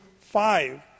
five